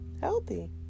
healthy